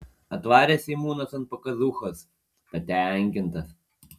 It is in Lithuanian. atvarė seimūnas ant pakazūchos patenkintas